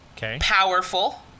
powerful